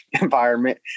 environment